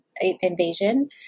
invasion